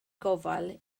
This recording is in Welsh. gofal